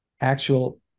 actual